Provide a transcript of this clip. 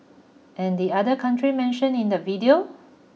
and the other country mentioned in the video